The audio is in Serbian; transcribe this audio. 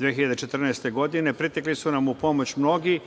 2014. godine, pritekli su nam u pomoć mnogi